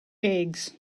eggs